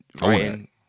right